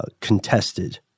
contested